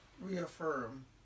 reaffirm